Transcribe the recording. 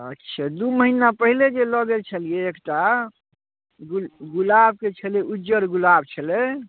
अच्छा दू महिना पहिले जे लऽ गेल छलियै एकटा गुलाबके छलै उजर गुलाब छलै